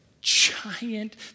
giant